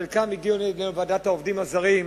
חלקם הגיעו גם לוועדת העובדים הזרים,